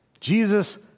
Jesus